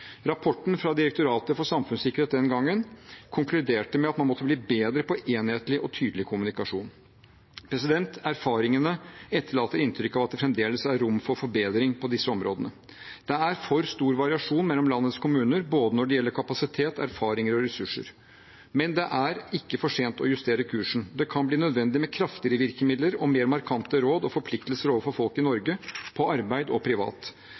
Rapporten fra Direktoratet for samfunnssikkerhet og beredskap den gangen konkluderte med at man måtte bli bedre på enhetlig og tydelig kommunikasjon. Erfaringene etterlater inntrykk av at det fremdeles er rom for forbedring på disse områdene. Det er for stor variasjon mellom landets kommuner når det gjelder både kapasitet, erfaring og ressurser, men det er ikke for sent å justere kursen. Det kan bli nødvendig med kraftigere virkemidler og mer markante råd og forpliktelser overfor folk i Norge, på arbeid og privat.